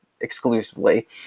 exclusively